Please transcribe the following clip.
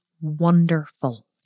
wonderful